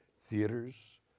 theaters